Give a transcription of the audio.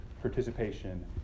participation